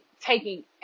taking